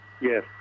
Yes